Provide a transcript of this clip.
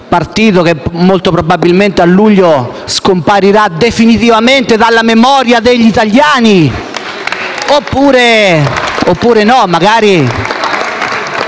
che, molto probabilmente, a luglio scomparirà definitivamente dalla memoria degli italiani, oppure magari